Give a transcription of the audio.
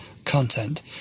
content